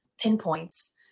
pinpoints